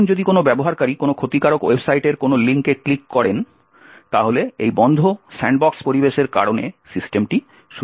এখন যদি কোনো ব্যবহারকারী কোনো ক্ষতিকারক ওয়েবসাইটের কোনো লিঙ্কে ক্লিক করেন তাহলে এই বন্ধ স্যান্ডবক্স পরিবেশের কারণে সিস্টেমটি সুরক্ষিত থাকবে